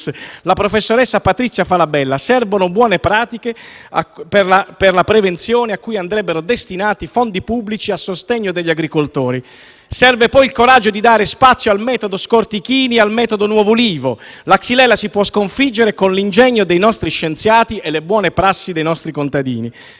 la professoressa Patrizia Falabella. Servono buone pratiche per la prevenzione a cui andrebbero destinati i fondi pubblici a sostegno degli agricoltori. Serve poi il coraggio di dare spazio al metodo Scortichini e al metodo Nuovo ulivo. La xylella si può sconfiggere con l'ingegno dei nostri scienziati e le buone prassi dei nostri contadini.